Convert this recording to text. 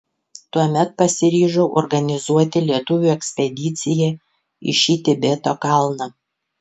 tuomet pasiryžau organizuoti lietuvių ekspediciją į šį tibeto kalną